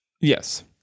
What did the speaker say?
Yes